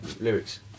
lyrics